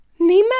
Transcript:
Nima